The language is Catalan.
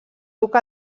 duc